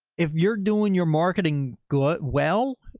if you're doing your marketing glow, well,